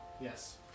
Yes